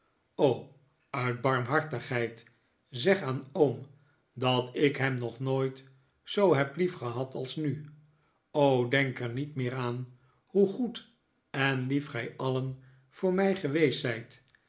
o uit barmhartigheid zeg aan oom dat ik hem nog nooit zoo heb liefgehad als nu q denk er niet meer aan hoe goed en lief gij alien voor mij geweest zijt